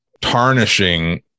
tarnishing